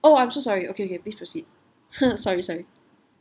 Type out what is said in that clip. oh I'm so sorry okay okay please proceed sorry sorry